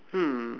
hmm